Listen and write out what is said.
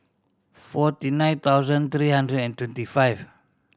forty nine thousand three hundred and twenty five